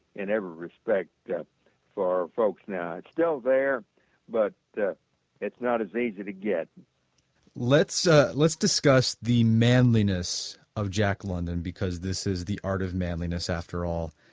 in every respect yeah for folks now. it's still there but it's not as easy to get let's so let's discuss the manliness of jack london because this is the art of manliness after all.